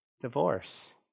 Divorce